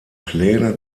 pläne